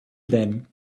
them